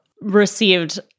received